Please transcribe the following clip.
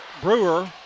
Brewer